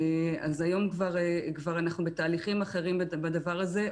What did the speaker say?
אז היום כבר אנחנו בתהליכים אחרים בדבר הזה.